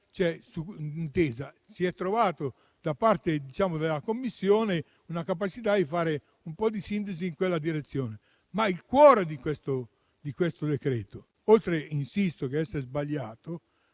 si è trovata da parte della Commissione la capacità di fare un po' di sintesi in quella direzione). Il cuore di questo decreto-legge - oltre ad essere sbagliato